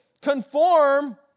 conform